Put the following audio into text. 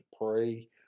pray